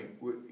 right